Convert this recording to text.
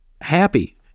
happy